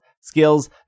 skills